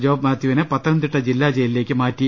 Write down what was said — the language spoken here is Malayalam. ജോബ്മാത്യുവിനെ പത്തനംതിട്ട ജില്ലാ ജയി ലിലേക്ക് മാറ്റി